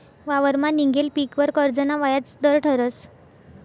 वावरमा निंघेल पीकवर कर्जना व्याज दर ठरस